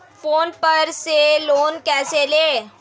Phone पर से loan कैसे लें?